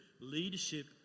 leadership